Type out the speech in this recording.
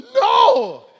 No